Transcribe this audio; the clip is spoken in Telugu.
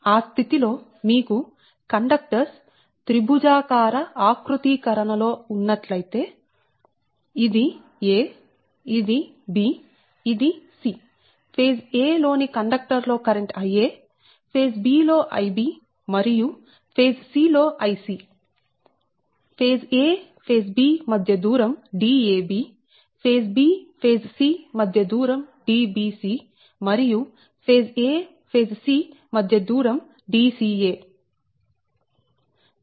ఆ స్థితిలో మీకు కండక్టర్స్ త్రిభుజాకార ఆకృతీకరణ లో ఉన్నట్లయితే ఇది a ఇది b ఇది c ఫేజ్a లో ని కండక్టర్ లో కరెంట్ Ia ఫేజ్ b లో Ib మరియు ఫేజ్ c లో Ic phase a phase b మధ్య దూరం Dab phase b phase c మధ్య దూరం Dbc మరియు ఫేజ్ a ఫేజ్ c మధ్య దూరం Dca